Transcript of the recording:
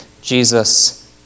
Jesus